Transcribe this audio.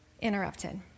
interrupted